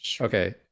Okay